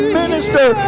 minister